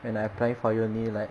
when I applying for uni like